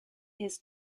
his